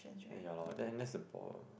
and ya lor then that's problem